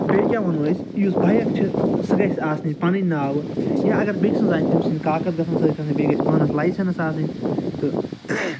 بیٚیہِ کیٛاہ وَنَو أسۍ یُس بایَک چھِ سُہ گژھِ آسٕنۍ پَنٛنہِ ناوٕ یا اَگر بیٚکہِ سٔنٛز آسہِ تٔمۍ سٔنٛدۍ کاکَد سۭتۍ آسٕنۍ بیٚیہِ گژھِ پانَس لایسَنٕس آسٕنۍ تہٕ